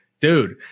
Dude